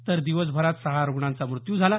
तर दिवसभरात सहा रुग्णांचा मृत्यू झाला